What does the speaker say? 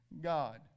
God